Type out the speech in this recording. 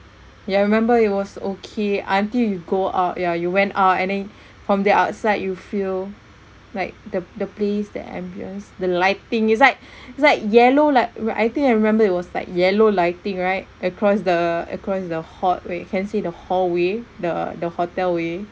ya I remember it was okay until you go out ya you went and then from the outside you feel like the the place the ambience the lighting is like is like yellow light wh~ I think I remember it was like yellow lighting right across the across the hall way can see the hallway the the hotel way